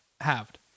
halved